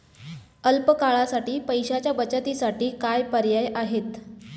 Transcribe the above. अल्प काळासाठी पैशाच्या बचतीसाठी काय पर्याय आहेत?